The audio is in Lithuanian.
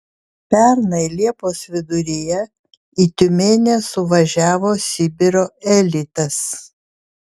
pernai liepos viduryje į tiumenę suvažiavo sibiro elitas